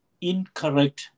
incorrect